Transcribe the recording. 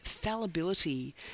fallibility